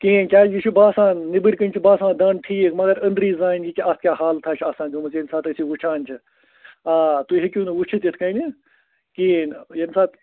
کِہیٖنۍ کیٛازِ یہِ چھُ باسان نیٚبٕرۍ کِنۍ چھُ باسان دَنٛد ٹھیٖک مگر أنٛدری زانہِ یہِ کہِ اَتھ کیٛاہ حالتہ چھِ آسان گٔمٕژ ییٚمہِ ساتہٕ أسۍ یہِ وٕچھان چھِ آ تُہۍ ہیٚکِو نہٕ وٕچھِتھ یِتھ کٔنۍ یہِ کِہیٖںۍ ییٚمہِ ساتہٕ